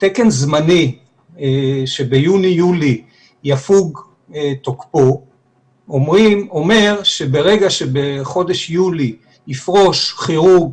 תקן זמני שביוני-יולי יפוג תוקפו אומר שברגע שבחודש יולי יפרוש כירורג